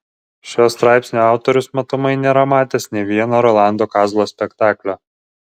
šio straipsnio autorius matomai nėra matęs nė vieno rolando kazlo spektaklio